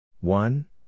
one